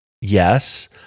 yes